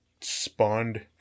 spawned